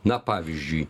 na pavyzdžiui